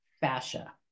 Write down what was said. fascia